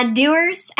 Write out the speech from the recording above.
doers